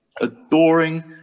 adoring